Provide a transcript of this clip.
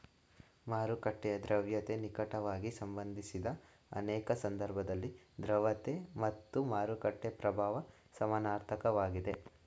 ಮಾರುಕಟ್ಟೆಯ ದ್ರವ್ಯತೆಗೆ ನಿಕಟವಾಗಿ ಸಂಬಂಧಿಸಿದ ಅನೇಕ ಸಂದರ್ಭದಲ್ಲಿ ದ್ರವತೆ ಮತ್ತು ಮಾರುಕಟ್ಟೆ ಪ್ರಭಾವ ಸಮನಾರ್ಥಕ ವಾಗಿದೆ